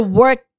work